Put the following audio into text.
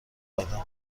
دادم